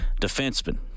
defenseman